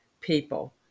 people